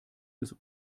des